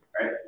Right